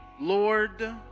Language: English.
Lord